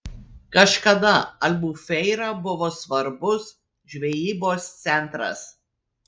kažkada albufeira buvo svarbus žvejybos centras